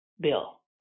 bill